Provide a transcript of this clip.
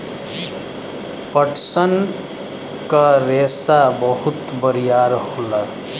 पटसन क रेसा बहुत बरियार होला